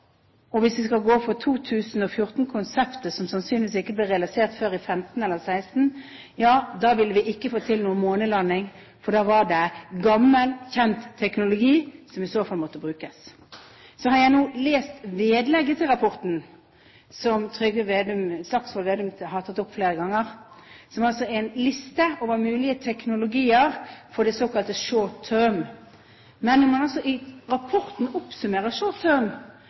og hvis vi skal gå for 2014-konseptet, som sannsynligvis ikke blir realisert før i 2015 eller 2016, vil vi ikke få til noen månelanding, for da er det gammel, kjent teknologi som i så fall må brukes. Så har jeg nå lest vedlegget til rapporten – som Trygve Slagsvold Vedum har tatt opp flere ganger – som er en liste over mulige teknologier for såkalt short term. Men når man i rapporten